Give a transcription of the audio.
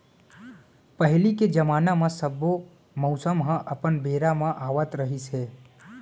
पहिली के जमाना म सब्बो मउसम ह अपन बेरा म आवत रिहिस हे